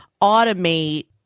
automate